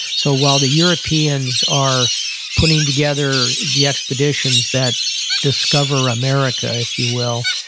so, while the europeans are putting together the expeditions that discover america, if you will,